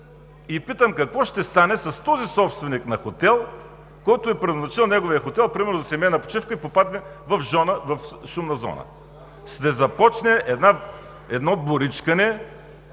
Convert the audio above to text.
и питам какво ще стане с този собственик на хотел, който е предназначил неговия хотел, примерно за семейна почивка, и попадне в шумна зона? (Реплики.) Ще започне едно боричкане,